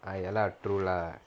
ah ya lah true lah